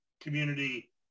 community